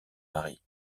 marie